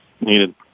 needed